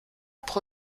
pro